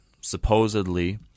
supposedly